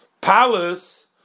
palace